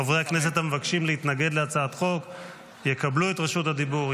חברי הכנסת המבקשים להתנגד להצעת חוק יקבלו את רשות הדיבור,